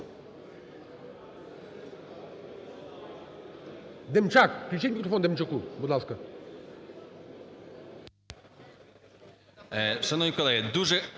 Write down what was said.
Демчак. Включіть мікрофон Демчаку, будь ласка.